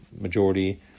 majority